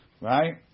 right